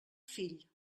fill